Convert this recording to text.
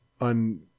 on